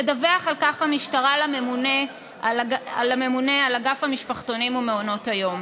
תדווח על כך המשטרה לממונה על אגף המשפחתונים ומעונות היום.